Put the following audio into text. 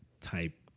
type